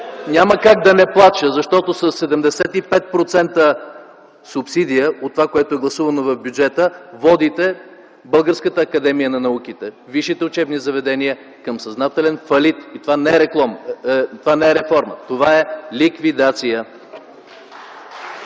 Няма как да не плача, защото със 75% субсидия от това, което е гласувано в бюджета, водите Българската академия на науките, висшите учебни заведения към съзнателен фалит и това не е реформа. Това е ликвидация!